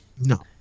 No